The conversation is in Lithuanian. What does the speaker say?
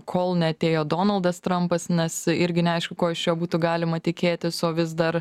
kol neatėjo donaldas trampas nes irgi neaišku ko iš jo būtų galima tikėtis o vis dar